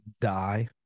die